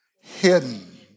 hidden